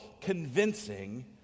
convincing